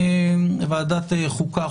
ועדת החוקה,